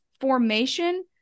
formation